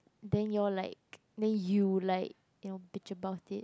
then you all like then you like you know bitch about it